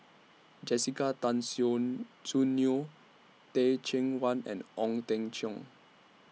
Jessica Tan Soon Soon Neo Teh Cheang Wan and Ong Teng Cheong